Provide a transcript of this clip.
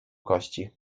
kości